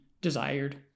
desired